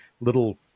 little